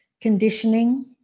conditioning